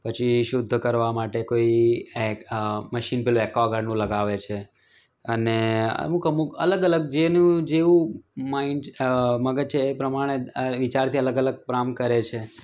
પછી શુદ્ધ કરવા માટે કોઈ એક મશીન પેલું એકવાગાર્ડનું લગાવે છે અને અમુક અમુક અલગ અલગ જેનું જેવુ માઇન્ડ મગજ છે એ પ્રમાણે વિચારથી અલગ અલગ કામ કરે છે